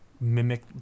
mimic